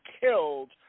killed